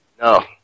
No